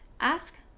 ask